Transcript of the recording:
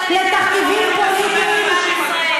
לתכתיבים פוליטיים,